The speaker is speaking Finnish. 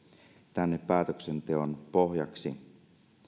tänne päätöksenteon pohjaksi